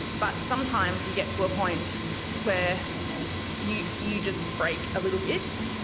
but sometimes you get to a point where you you just break a little bit.